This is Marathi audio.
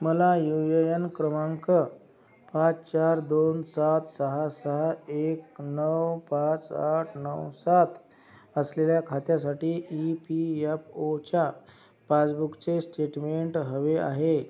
मला यू ए यन क्रमांक पाच चार दोन सात सहा सहा एक नऊ पाच आठ नऊ सात असलेल्या खात्यासाठी ई पी यप ओच्या पासबुकचे स्टेटमेंट हवे आहे